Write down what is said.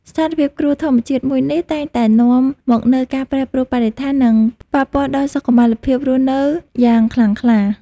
ស្ថានភាពគ្រោះធម្មជាតិមួយនេះតែងតែនាំមកនូវការប្រែប្រួលបរិស្ថាន និងប៉ះពាល់ដល់សុខុមាលភាពរស់នៅយ៉ាងខ្លាំងក្លា។